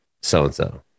so-and-so